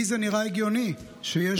לי זה נראה הגיוני שכאשר